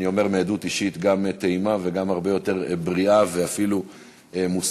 אני אומר מעדות אישית וגם הרבה יותר בריאה ואפילו מוסרית,